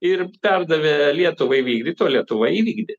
ir perdavė lietuvai vykdyt o lietuva įvykdė